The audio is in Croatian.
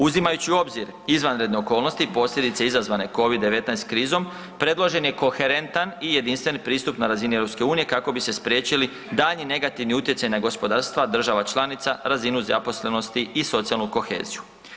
Uzimajući u obzir izvanredne okolnosti i posljedice izazvane covid-19 krizom, predložen je koherentan i jedinstven pristup na razini EU kako bi se spriječili daljnji negativni utjecaji na gospodarstva država članica, razinu zaposlenosti i socijalnu koheziju.